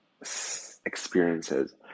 experiences